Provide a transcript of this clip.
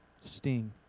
sting